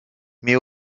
mais